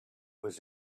was